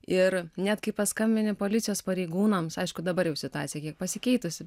ir net kai paskambini policijos pareigūnams aišku dabar jau situacija kiek pasikeitusi